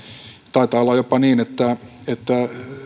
taitaa olla jopa niin että että